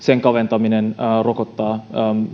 kaventaminen rokottaa